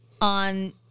on